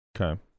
Okay